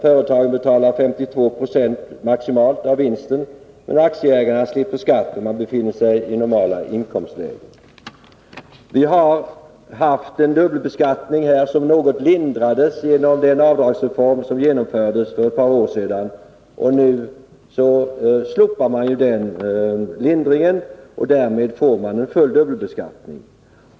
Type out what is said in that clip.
Företagen betalar maximalt 52 96 av vinsten, och aktieägaren slipper skatt, om han befinner sig i normala inkomstlägen. Vi har haft en dubbelbeskattning som något lindrades genom den avdragsreform som genomfördes för ett par år sedan, men nu slopar man den lindringen, och därmed får vi en dubbelbeskattning fullt ut.